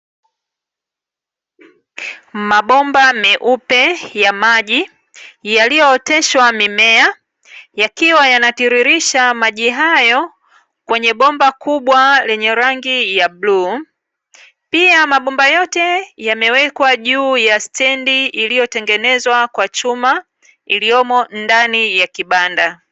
Mabomba meupe ya maji, yaliyooteshwa mimea, yakiwa yanatiririsha maji hayo kwenye bomba kubwa lenye rangi ya bluu. Pia mabomba yote yamewekwa juu ya stendi iliyotengenezwa kwa chuma, iliyomo ndani ya kibanda.